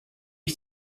ich